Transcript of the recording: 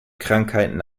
krankheiten